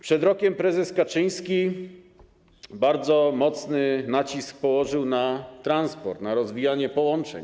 Przed rokiem prezes Kaczyński bardzo mocny nacisk położył na transport, na rozwijanie połączeń.